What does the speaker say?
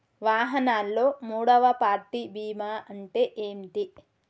వాహనాల్లో మూడవ పార్టీ బీమా అంటే ఏంటి?